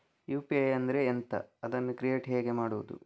UPI ಅಂದ್ರೆ ಎಂಥ? ಅದನ್ನು ಕ್ರಿಯೇಟ್ ಹೇಗೆ ಮಾಡುವುದು?